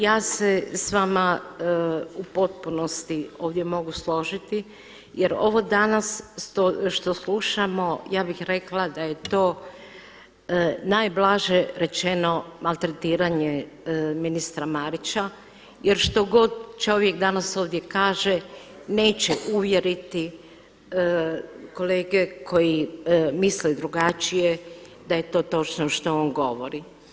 Ja s vama u potpunosti ovdje mogu složiti jer ovo danas što slušamo ja bih rekla da je to najblaže rečeno maltretiranje ministra Marića jer što god čovjek danas ovdje kaže neće uvjeriti kolege koji misle drugačije da je to točno što on govori.